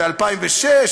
ב-2006,